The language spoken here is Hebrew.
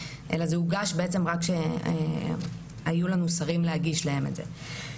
אלא זה הוגש בעצם רק כשהיו לנו שרים להגיש להם את זה.